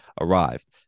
arrived